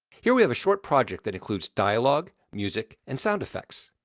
here we have a short project that includes dialogue, music, and sound effects.